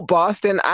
Boston